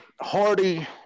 Hardy